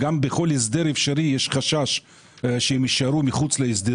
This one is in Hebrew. בכל הסדר אפשרי יש חשש שהם יישארו בחוץ.